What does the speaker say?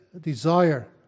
Desire